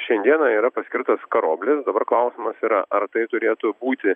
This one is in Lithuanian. šiandieną yra paskirtas karoblis dabar klausimas yra ar tai turėtų būti